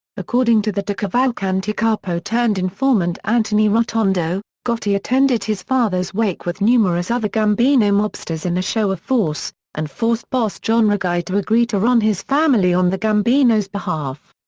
according to the decavalcante capo-turned-informant anthony rotondo, gotti attended his father's wake with numerous other gambino mobsters in a show of force and forced boss john riggi to agree to run his family on the gambino's behalf.